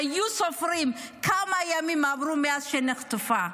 היו סופרים כמה ימים עברו מאז שנחטפה.